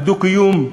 על דו-קיום,